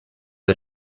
the